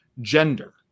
gender